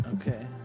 Okay